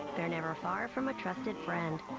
they're never far from a trusted friend.